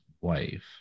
wife